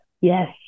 Yes